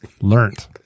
Learned